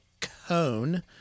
cone